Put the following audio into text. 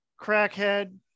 crackhead